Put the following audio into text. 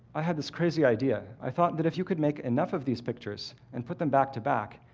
i had this crazy idea. i thought that if you could make enough of these pictures and put them back to back,